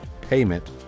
payment